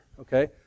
okay